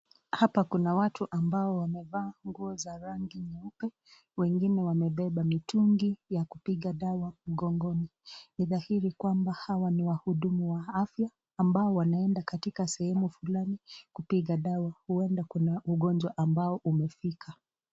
Hapa kuna watu ambao wamevaa nguo za rangi nyeupe, wengine wamebeba mitungi ya kupiga dawa mgongoni. Ni dhahiri hawa ni wahudumu wa afya ambao wanaenda sehemu fulani kupiga dawa, huenda kuna ugonjwa ambao umefika.